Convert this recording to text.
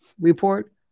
report